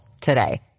today